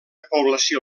població